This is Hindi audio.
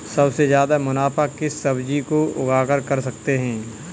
सबसे ज्यादा मुनाफा किस सब्जी को उगाकर कर सकते हैं?